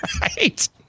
right